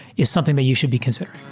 is something that you should be considering.